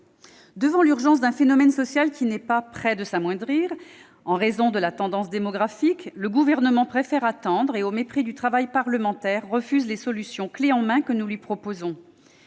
Devant l'urgence d'un phénomène social qui n'est pas près de s'amoindrir, en raison de la tendance démographique, le Gouvernement préfère attendre et, au mépris du travail parlementaire, refuse les solutions clefs en main que nous lui proposons.